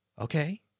Okay